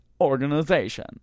organization